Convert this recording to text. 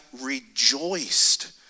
rejoiced